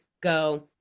go